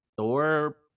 Thor